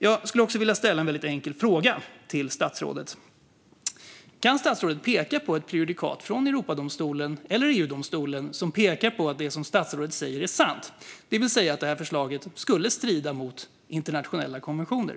Jag vill ställa en enkel fråga till statsrådet. Kan statsrådet peka på ett prejudikat från Europadomstolen eller EU-domstolen som pekar på att det som statsrådet säger är sant, det vill säga att förslaget skulle strida mot internationella konventioner?